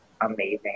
amazing